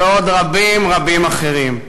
ועוד רבים אחרים,